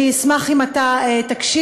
אני אשמח אם אתה תקשיב,